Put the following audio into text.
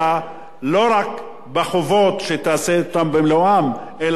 שהיא תעשה אותן במלואן אלא בזכויות שמגיעות לה.